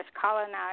colonized